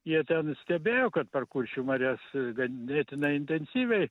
jie ten stebėjo kad per kuršių marias ganėtinai intensyviai